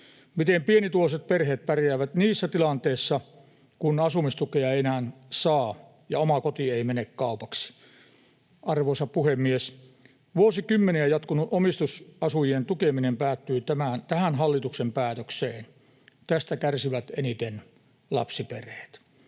Miten pienituloiset perheet pärjäävät niissä tilanteissa, kun asumistukea ei enää saa ja oma koti ei mene kaupaksi? Arvoisa puhemies! Vuosikymmeniä jatkunut omistusasujien tukeminen päättyi tähän hallituksen päätökseen. Tästä kärsivät eniten lapsiperheet.